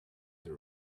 the